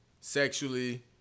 Sexually